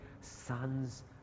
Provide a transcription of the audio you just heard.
sons